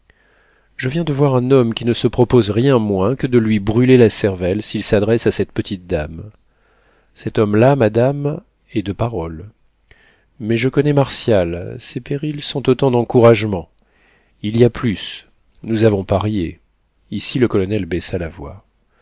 je viens de voir un homme qui ne se propose rien moins que de lui brûler la cervelle s'il s'adresse à cette petite dame cet homme-là madame est de parole mais je connais martial ces périls sont autant d'encouragements il y a plus nous avons parié ici le colonel baissa la voix